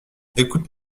écoute